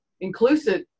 inclusive